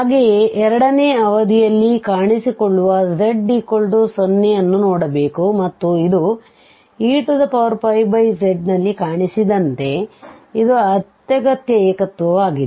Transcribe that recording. ಹಾಗೆಯೇ ಎರಡನೇ ಅವಧಿಯಲ್ಲಿ ಕಾಣಿಸಿಕೊಳ್ಳುವ z 0 ಅನ್ನು ನೋಡಬೇಕು ಮತ್ತು ಇದು ez ನಲ್ಲಿ ಕಾಣಿಸಿದಂತೆ ಇದು ಅತ್ಯಗತ್ಯ ಏಕತ್ವವಾಗಿದೆ